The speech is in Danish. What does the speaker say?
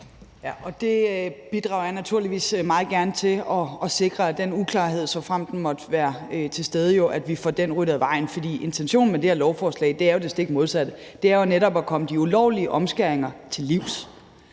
Ja, og jeg bidrager naturligvis meget gerne til at sikre, at vi får den uklarhed, såfremt den måtte være til stede, ryddet af vejen, for intentionen med det her lovforslag er jo det stik modsatte. Den er jo netop at komme de ulovlige omskæringer til livs